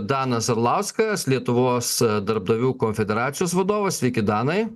danas arlauskas lietuvos darbdavių konfederacijos vadovas sveiki danai